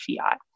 fiat